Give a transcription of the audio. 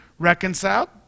reconciled